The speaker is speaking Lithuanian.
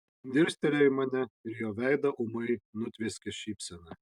dirstelėjo į mane ir jo veidą ūmai nutvieskė šypsena